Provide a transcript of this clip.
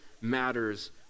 matters